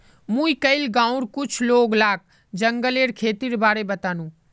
मुई कइल गांउर कुछ लोग लाक जंगलेर खेतीर बारे बतानु